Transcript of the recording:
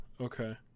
Okay